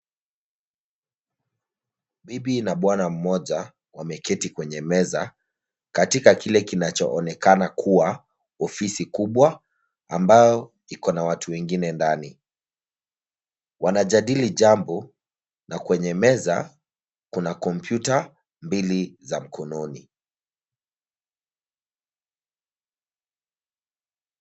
Bibi na bwana mmoja, wameketi kwenye meza, katika kile kinachoonekana kuwa, ofisi kubwa, ambayo, iko na watu wengine ndani, wanajadili jambo, na kwenye meza, kuna kompyuta, mbili, za mkononi.